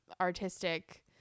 artistic